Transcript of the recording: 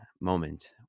moment